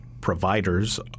providers